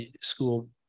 school